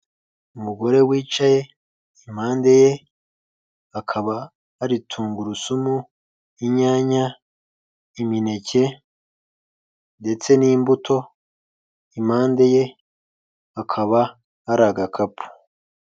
Umugore wicaye impande hakaba hari tungurusumu, inyanya, imineke ndetse n'imbuto, impande ye hakaba hari agakapu.